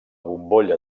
bombolla